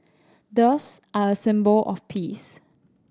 doves are a symbol of peace